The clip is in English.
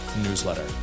newsletter